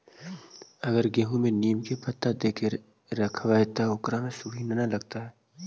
अगर गेहूं में नीम के पता देके यखबै त ओकरा में सुढि न लगतै का?